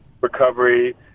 recovery